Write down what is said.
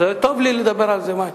אז טוב לי לדבר על זה.